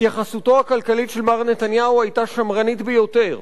התייחסותו הכלכלית של מר נתניהו היתה שמרנית ביותר.